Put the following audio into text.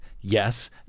yes